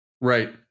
Right